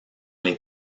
les